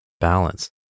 Balance